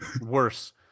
Worse